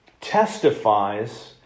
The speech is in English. testifies